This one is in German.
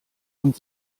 und